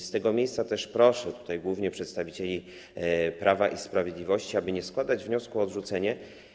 Z tego miejsca proszę, głównie przedstawicieli Prawa i Sprawiedliwości, aby nie składać wniosku o odrzucenie.